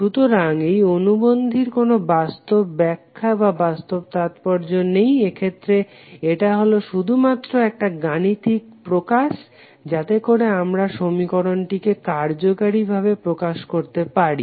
সুতরাং এই অনুবন্ধীর কোনো বাস্তব ব্যাখ্যা বা বাস্তব তাৎপর্য নেই এক্ষেত্রে এটা হলো শুধুমাত্র একটা গাণিতিক প্রকাশ যাতেকরে আমরা সমীকরণটিকে কার্যকরী ভাবে প্রকাশ করতে পারি